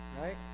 right